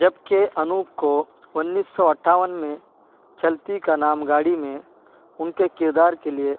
جب کہ انوپ کو انیس سو اٹھاون میں چلتی کا نام گاڑی میں ان کے کردار کے لیے